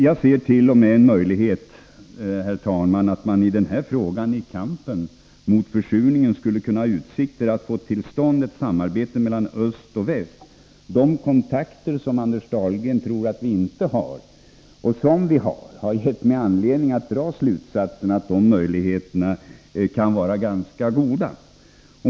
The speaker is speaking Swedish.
Jag ser t.o.m. en möjlighet, herr talman, att man i kampen mot försurningen skulle kunna få till stånd ett samarbete mellan öst och väst. De kontakter som Anders Dahlgren tror att vi inte har men som vi har ger mig anledning att dra slutsatserna att möjligheterna härtill kan vara ganska goda.